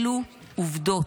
אלו עובדות,